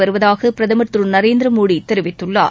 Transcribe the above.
வருவதாக பிரதமர் திரு நரேந்திர மோடி தெரிவித்துள்ளார்